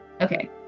Okay